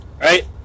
right